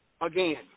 again